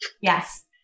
Yes